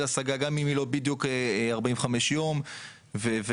השגה גם היא לא בדיוק ב-45 יום ולדון,